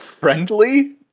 friendly